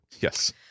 Yes